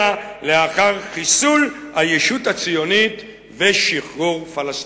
אלא לאחר חיסול הישות הציונית ושחרור פלסטין".